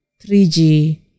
3G